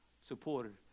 supported